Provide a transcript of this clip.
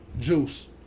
Juice